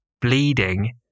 bleeding